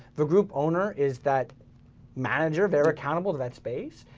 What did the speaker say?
the group owner is that manager, they're accountable to that space,